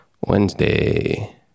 Wednesday